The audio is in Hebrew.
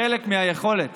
חלק מהיכולת